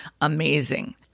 amazing